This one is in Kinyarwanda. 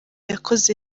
yakoze